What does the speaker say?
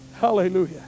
Hallelujah